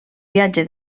viatge